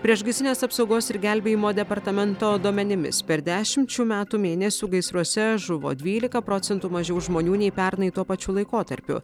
priešgaisrinės apsaugos ir gelbėjimo departamento duomenimis per dešimt šių metų mėnesių gaisruose žuvo dvylika procentų mažiau žmonių nei pernai tuo pačiu laikotarpiu